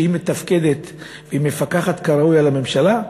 כשהיא מתפקדת ומפקחת כראוי על הממשלה,